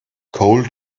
cold